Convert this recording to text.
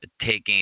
taking